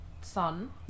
Sun